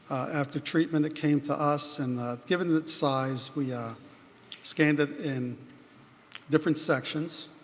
after treatment it came to us, and given its size we scanned it in different sections,